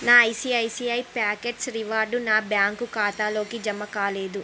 నా ICICI Pockets reward నా bank ఖాతాలోకి జమకాలేదు